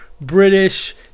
British